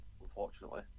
unfortunately